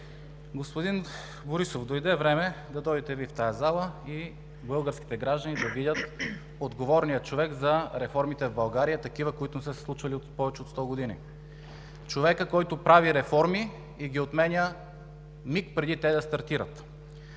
Господин Борисов, дойде време да дойдете и Вие в тази зала и българските граждани да видят отговорния човек за реформите в България – такива, които не са се случвали повече от сто години, човека, който прави реформи и ги отменя миг преди те да стартират.